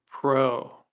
pro